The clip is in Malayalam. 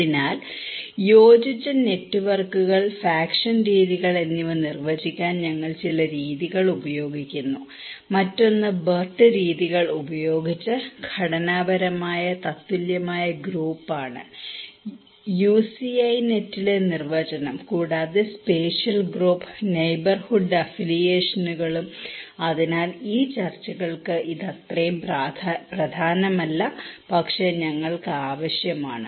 അതിനാൽ യോജിച്ച നെറ്റ്വർക്കുകൾ ഫാക്ഷൻ രീതികൾ എന്നിവ നിർവചിക്കാൻ ഞങ്ങൾ ചില രീതികൾ ഉപയോഗിക്കുന്നു മറ്റൊന്ന് ബർട്ട് രീതികൾ ഉപയോഗിച്ച് ഘടനാപരമായ തത്തുല്യമായ ഗ്രൂപ്പാണ് UCINET ലെ നിർവചനം കൂടാതെ സ്പേഷ്യൽ ഗ്രൂപ്പ് നെയ്ബർഹുഡ് അഫിലിയേഷനുകളും അതിനാൽ ഈ ചർച്ചകൾക്ക് ഇത് അത്ര പ്രധാനമല്ല പക്ഷേ ഞങ്ങൾക്ക് ആവശ്യമാണ്